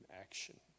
action